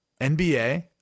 NBA